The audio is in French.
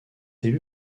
élu